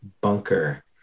bunker